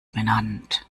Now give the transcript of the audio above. benannt